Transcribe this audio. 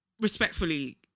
respectfully